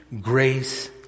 grace